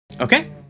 Okay